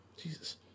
Jesus